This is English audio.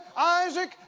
Isaac